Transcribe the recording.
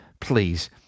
Please